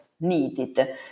needed